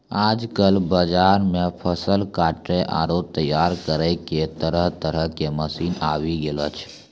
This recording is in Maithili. आजकल बाजार मॅ फसल काटै आरो तैयार करै के तरह तरह के मशीन आबी गेलो छै